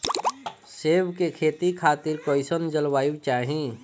सेब के खेती खातिर कइसन जलवायु चाही?